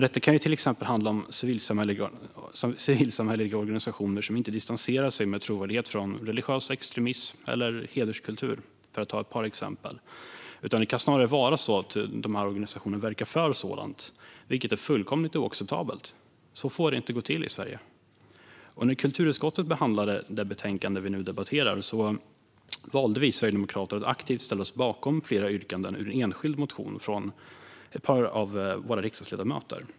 Det kan till exempel handla om civilsamhälleliga organisationer som inte distanserar sig med trovärdighet från religiös extremism eller hederskultur. Dessa organisationer kan snarare verka för sådant, vilket är fullkomligt oacceptabelt. Så får det inte gå till i Sverige. När kulturutskottet behandlade det betänkande vi nu debatterar valde vi sverigedemokrater att aktivt ställa oss bakom flera yrkanden ur en enskild motion från ett par sverigedemokratiska riksdagsledamöter.